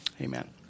Amen